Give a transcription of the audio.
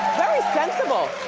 very sensible,